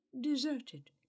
deserted